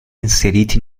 inseriti